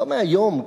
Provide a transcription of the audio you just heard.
לא מהיום,